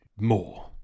more